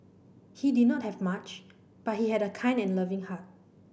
he did not have much but he had a kind and loving heart